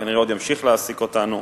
וכנראה עוד ימשיך להעסיק אותנו.